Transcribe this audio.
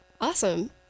Awesome